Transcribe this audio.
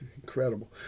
Incredible